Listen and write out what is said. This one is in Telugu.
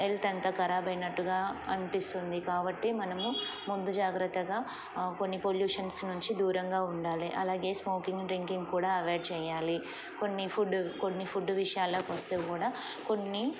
హెల్త్ అంత ఖరాబ్ అయినట్టుగా అనిపిస్తుంది కాబట్టి మనము ముందు జాగ్రత్తగా కొన్ని పొల్యూషన్స్ నుంచి దూరంగా ఉండాలి అలాగే స్మోకింగ్ డ్రింకింగ్ కూడా అవాయిడ్ చేయ్యాలి కొన్ని ఫుడ్ కొన్ని ఫుడ్ విషయాలకొస్తే కూడా కొన్ని